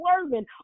swerving